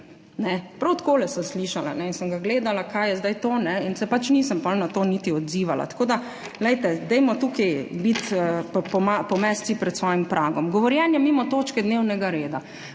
Prav takole sem slišala in sem ga gledala, kaj je zdaj to, in se pač nisem potem na to niti odzivala. Tako da glejte, dajmo tukaj pomesti pred svojim pragom. Govorjenje mimo točke dnevnega reda.